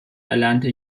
erlernte